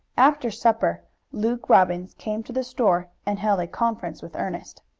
after supper luke robbins came to the store and held a conference with ernest.